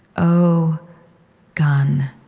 o gun